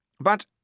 But